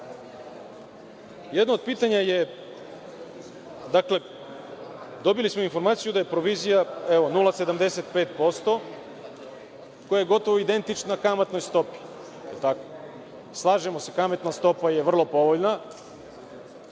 smo govorili? Dakle, dobili smo informaciju da je provizija 0,75%, koja je gotovo identična kamatnoj stopi. Slažemo se, kamatna stopa je vrlo povoljna